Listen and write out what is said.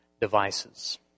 devices